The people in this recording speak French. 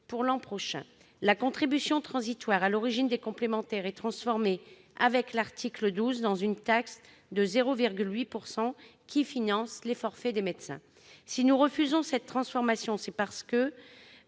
d'euros l'an prochain. La contribution transitoire à l'origine des complémentaires est transformée avec l'article 12 en une taxe de 0,8 % qui finance les forfaits des médecins. Si nous refusons cette transformation, c'est, d'une part,